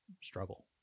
struggle